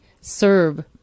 serve